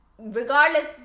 Regardless